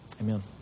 Amen